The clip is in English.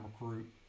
recruit